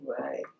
right